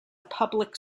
public